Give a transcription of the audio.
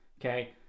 okay